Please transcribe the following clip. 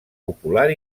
popular